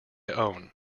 own